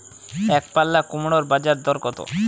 একপাল্লা কুমড়োর বাজার দর কত?